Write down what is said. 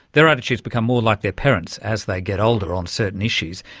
their attitudes become more like their parents as they get older on certain issues.